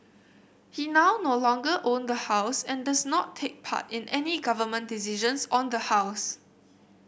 he now no longer own the house and does not take part in any Government decisions on the house